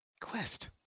quest